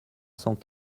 cent